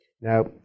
Now